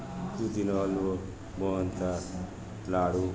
દૂધીનો હલવો મોહનથાળ લાડુ